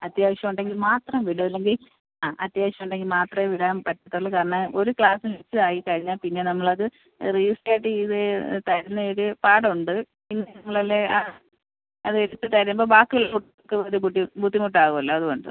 അത്യാവശ്യം ഉണ്ടെങ്കിൽ മാത്രം വിടും അല്ലെങ്കിൽ ആ അത്യാവശ്യം ഉണ്ടെങ്കിൽ മാത്രമേ വിടാൻ പറ്റത്തുള്ളൂ കാരണം ഒരു ക്ലാസ് മിസ്സ് ആയി കഴിഞ്ഞാൽ പിന്നെ നമ്മളത് റീസ്റ്റാർട്ട് ചെയ്ത് തരുന്നതിൽ പാടുണ്ട് പിന്നെ നമ്മൾ അല്ലേ ആ അത് എടുത്ത് തരുമ്പോൾ ബാക്കി ഉള്ള കുട്ടികൾക്ക് ഒരു ബുദ്ധിമുട്ടാവുമല്ലോ അതുകൊണ്ട്